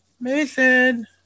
Mason